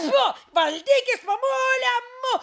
tfu valdykis mamule mū